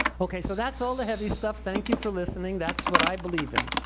okay, so that's all the heavy stuff. thank you for listening, that's what i believe in.